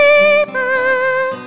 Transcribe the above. paper